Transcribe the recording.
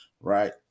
Right